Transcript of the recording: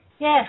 Yes